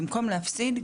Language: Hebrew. במקום להפסיד,